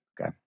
Okay